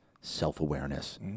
self-awareness